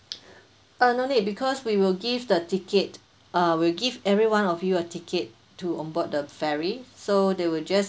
uh no need because we will give the ticket uh we'll give everyone of you a ticket to on board the ferry so they will just